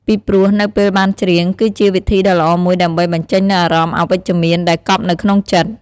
ពីព្រោះ នៅពេលបានច្រៀង គឺជាវិធីដ៏ល្អមួយដើម្បី បញ្ចេញនូវអារម្មណ៍អវិជ្ជមាន ដែលកប់នៅក្នុងចិត្ត។